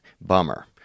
bummer